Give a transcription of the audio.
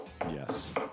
Yes